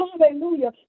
hallelujah